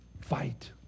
Fight